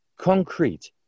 concrete